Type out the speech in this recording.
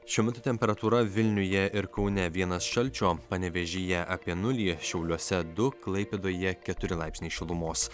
šiuo metu temperatūra vilniuje ir kaune vienas šalčio panevėžyje apie nulį šiauliuose du klaipėdoje keturi laipsniai šilumos